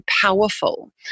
powerful